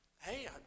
hey